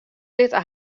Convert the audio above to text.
litte